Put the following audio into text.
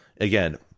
again